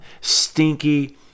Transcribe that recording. stinky